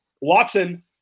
Watson